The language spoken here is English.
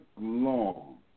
Long